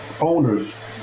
owners